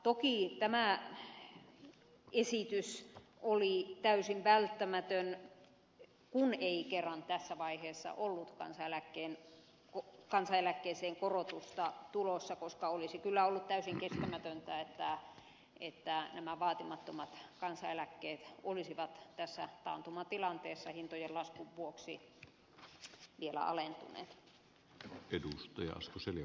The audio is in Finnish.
toki tämä esitys oli täysin välttämätön kun ei kerran tässä vaiheessa ollut kansaneläkkeeseen korotusta tulossa koska olisi kyllä ollut täysin kestämätöntä että nämä vaatimattomat kansaneläkkeet olisivat tässä taantumatilanteessa hintojen laskun vuoksi vielä alentuneet